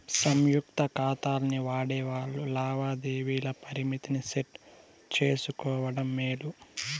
సంయుక్త కాతాల్ని వాడేవాల్లు లావాదేవీల పరిమితిని సెట్ చేసుకోవడం మేలు